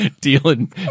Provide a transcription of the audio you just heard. Dealing